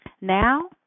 now